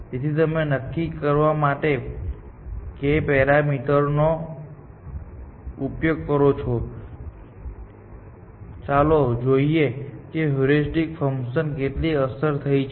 તેથી તમે નક્કી કરવા માટે k પેરામીટર નો ઉપયોગ કરો છો ચાલો જોઈએ કે હ્યુરિસ્ટિક ફંકશનની કેટલી અસર થઈ છે